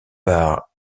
par